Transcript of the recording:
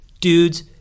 Dudes